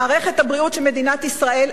מערכת הבריאות של מדינת ישראל,